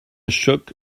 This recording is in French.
choc